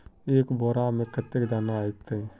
एक बोड़ा में कते दाना ऐते?